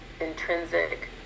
intrinsic